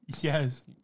Yes